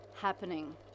happening